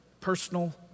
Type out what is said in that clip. personal